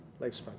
lifespan